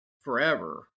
forever